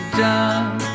done